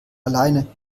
alleine